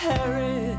Harry